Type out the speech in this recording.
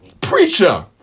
preacher